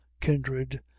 kindred